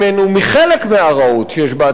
מחלק מהרעות שיש בהצעת החוק,